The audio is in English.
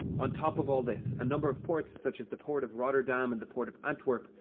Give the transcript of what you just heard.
on top of all this, a number of ports, such as the port of rotterdam and the port of antwerp,